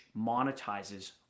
monetizes